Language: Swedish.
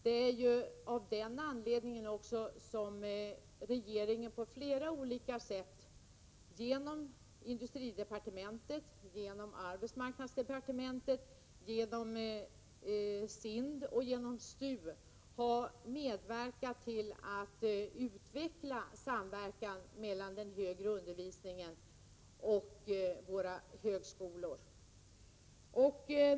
Det är av den anledningen som regeringen på flera olika sätt genom industridepartementet, arbetsmarknadsdepartementet, SIND och STU har medverkat till att få en samverkan mellan näringslivet och våra högskolor.